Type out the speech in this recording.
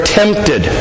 tempted